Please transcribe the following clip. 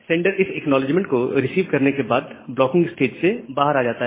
sender इस acknowledgement को receive करने के बाद ब्लॉकिंग स्टेज से बाहर आ जाता है